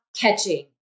catching